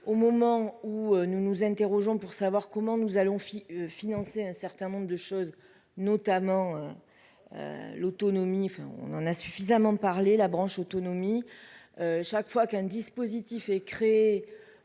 moment où nous nous interrogeons pour savoir comment nous allons financer un certain nombre de choses, notamment l'autonomie, enfin, on en a suffisamment parlé la branche autonomie chaque fois qu'un dispositif est en